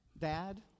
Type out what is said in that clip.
Dad